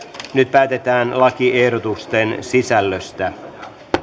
nyt päätetään lakiehdotusten sisällöstä